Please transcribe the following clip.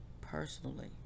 personally